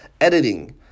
Editing